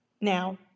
Now